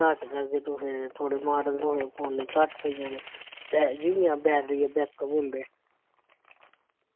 घट्ट करगे तुसेंगी थोह्ड़े माडल थ्होने फोन दे माडल घट्ट होई जाने ते जियां बैटरी बैकअप होंदे